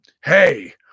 Hey